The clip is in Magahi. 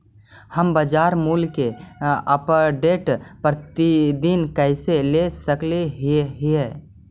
हम बाजार मूल्य के अपडेट, प्रतिदिन कैसे ले सक हिय?